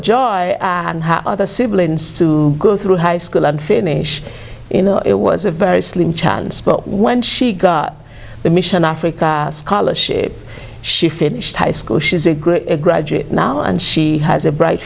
joy and other siblings to go through high school and finish you know it was a very slim chance but when she got the mission africa scholarship she finished high school she is a good graduate now and she has a bright